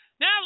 Now